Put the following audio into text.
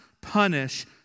punish